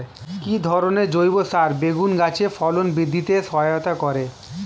কি ধরনের জৈব সার বেগুন গাছে ফলন বৃদ্ধিতে সহায়তা করে?